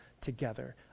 together